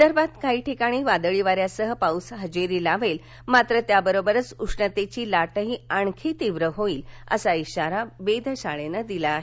विदर्भात काही ठिकाणी वादळी वाऱ्यासह पाउस हजेरी लावेल मात्र त्याबरोबरच उष्णतेची लाटही आणखी तीव्र होईल असा इशारा वेधशाळेनं दिला आहे